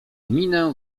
minę